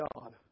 God